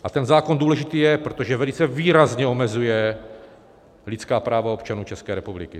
A ten zákon důležitý je, protože velice výrazně omezuje lidská práva občanů České republiky.